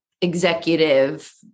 executive